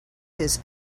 his